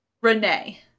Renee